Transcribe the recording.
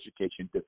education